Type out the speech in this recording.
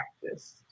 practice